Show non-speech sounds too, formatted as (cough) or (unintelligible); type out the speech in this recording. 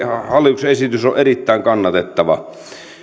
(unintelligible) ja tämä hallituksen esitys on erittäin kannatettava